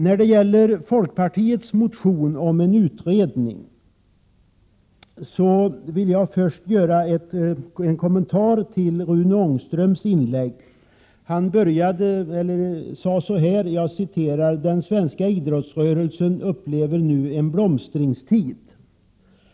När det gäller folkpartiets motion om en utredning vill jag först göra en kommentar till Rune Ångströms inlägg. Han sade att den svenska idrottsrörelsen nu upplever en blomstringstid.